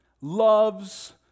loves